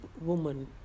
woman